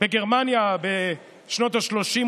בגרמניה בשנות השלושים,